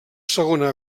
segona